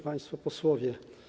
Państwo Posłowie!